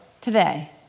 today